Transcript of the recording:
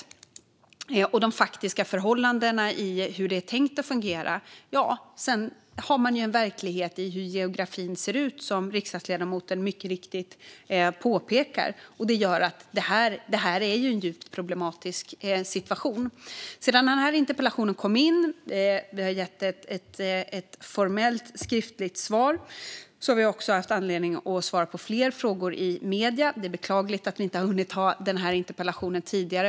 Det handlar om de faktiska förhållandena och hur det är tänkt att fungera. Sedan har man en verklighet i hur geografin ser ut. Detta gör att det är en djupt problematisk situation. Sedan den här interpellationen kom in och fick ett formellt skriftligt svar har vi också haft anledning att svara på fler frågor i medierna. Det är beklagligt att vi inte har hunnit ha den här interpellationsdebatten tidigare.